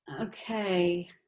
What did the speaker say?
okay